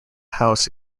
house